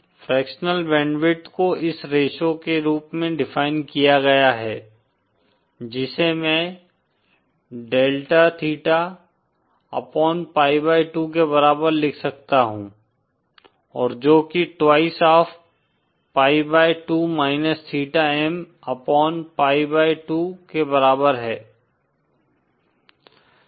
fractional bandwidth को इस ratio के रूप में डिफाइन किया गया है जिसे मैं delta theta upon pi by 2 के बराबर लिख सकता हूं और जो कि twice of pi by 2 minus theta M upon pi by 2 के बराबर है